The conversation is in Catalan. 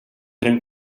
eren